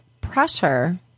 pressure